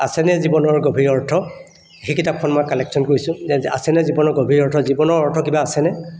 আছেনে জীৱনৰ গভীৰ অৰ্থ সেই কিতাপখন মই কালেকচন কৰিছোঁ আছেনে জীৱনৰ গভীৰ অৰ্থ জীৱনৰ অৰ্থ কিবা আছেনে